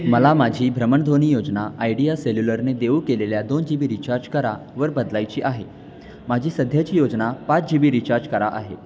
मला माझी भ्रमणध्वनी योजना आयडीया सेल्युलरने देऊ केलेल्या दोन जी बी रिचार्ज करा वर बदलायची आहे माझी सध्याची योजना पाच जी बी रिचार्ज करा आहे